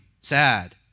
sad